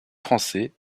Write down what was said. français